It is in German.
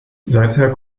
seither